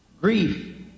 grief